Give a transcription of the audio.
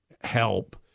help